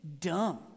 dumb